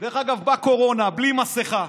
דרך אגב, בקורונה, בלי מסכה,